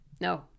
No